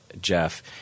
jeff